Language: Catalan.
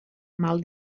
mal